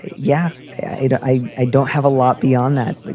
yeah. i i don't have a lot beyond that. like